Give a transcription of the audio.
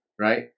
right